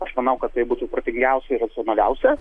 aš manau kad tai būtų protingiausia ir racionaliausia